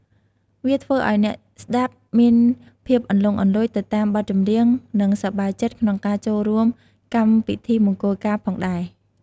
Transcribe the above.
វាធ្វើឱ្យអ្នកស្តាប់មានភាពអន្លន់អន្លូចទៅតាមបទចម្រៀងនិងសប្បាយចិត្តក្នុងការចូលរួមកម្មពិធីមង្គលការផងដែរ។